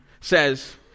says